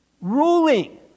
Ruling